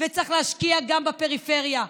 וצריך להשקיע גם בפריפריה?